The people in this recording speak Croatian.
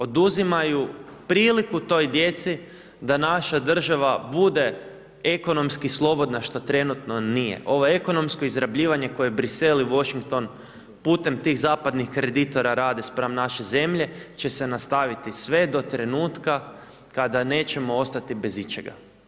Oduzimaju priliku toj djeci da naša država bude ekonomski slobodno, što trenutno nije, ovo ekonomsko izrabljivanje koje Bruxelles i Washington putem tih zapadnih kreditora rade spram naše zemlje će se nastaviti sve do trenutka kada nećemo ostati bez ičega.